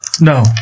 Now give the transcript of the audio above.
No